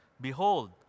behold